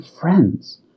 friends